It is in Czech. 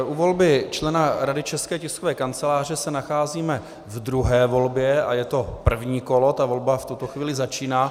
U volby člena Rady České tiskové kanceláře se nacházíme v druhé volbě a je to první kolo, ta volba v tuto chvíli začíná.